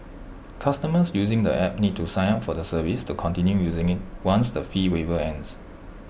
customers using the app need to sign up for the service to continue using IT once the fee waiver ends